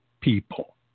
people